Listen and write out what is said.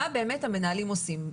מה באמת המנהלים עושים.